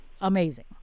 amazing